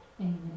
Amen